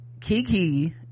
Kiki